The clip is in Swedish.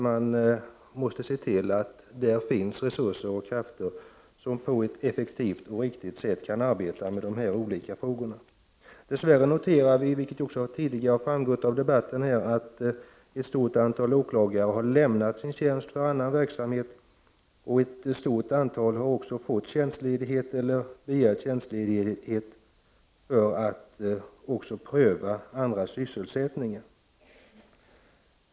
Man måste se till att det finns resurser och krafter som på ett effektivt och riktigt sätt kan arbeta med de olika frågorna. Dess värre noterar vi, vilket också tidigare har framgått i debatten, att ett stort antal åklagare har lämnat sin tjänst för annan verksamhet och att ett stort antal har begärt eller fått tjänstledighet för att pröva andra sysselsättningar.